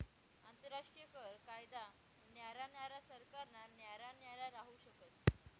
आंतरराष्ट्रीय कर कायदा न्यारा न्यारा सरकारना न्यारा न्यारा राहू शकस